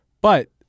but-